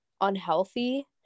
unhealthy